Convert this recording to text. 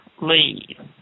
leave